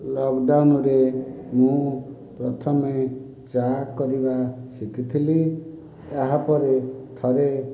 ଲକଡ଼ାଉନରେ ମୁଁ ପ୍ରଥମେ ଚାହା କରିବା ଶିଖିଥିଲି ତାହାପରେ ଥରେ